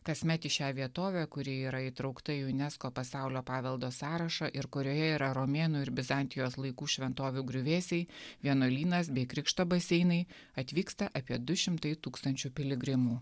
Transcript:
kasmet į šią vietovę kuri yra įtraukta į unesco pasaulio paveldo sąrašą ir kurioje yra romėnų ir bizantijos laikų šventovių griuvėsiai vienuolynas bei krikšto baseinai atvyksta apie du šimtai tūkstančių piligrimų